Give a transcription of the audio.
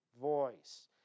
voice